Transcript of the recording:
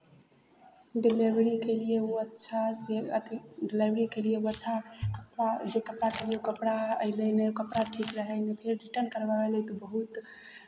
डिलेवरीके लिए ओ अच्छासँ अथी डिलेवरीके लिए ओ अच्छा कपड़ा जे कपड़ा कहलियै ओ कपड़ा अयलै नहि ओ कपड़ा ठीक रहै नहि फेर रिटर्न करबय अयलै तऽ बहुत